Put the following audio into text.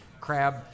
crab